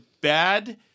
bad